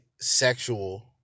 sexual